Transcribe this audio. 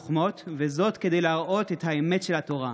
וזאת כדי להראות את האמת של התורה.